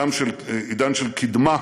עידן של קדמה,